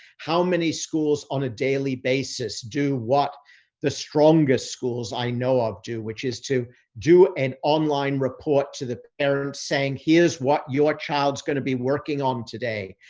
how many schools on a daily basis do what the strongest schools i know of do, which is to do an online report to the parents saying, here's what your child's going to be working on today.